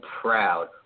proud